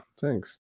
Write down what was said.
thanks